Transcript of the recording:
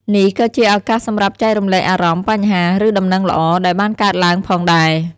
នេះក៏ជាឱកាសសម្រាប់ចែករំលែកអារម្មណ៍ បញ្ហា ឬដំណឹងល្អ ដែលបានកើតឡើងផងដែរ។